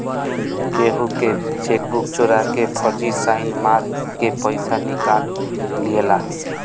केहू के चेकबुक चोरा के फर्जी साइन मार के पईसा निकाल लियाला